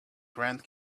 grand